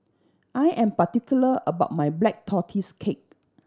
I am particular about my Black Tortoise Cake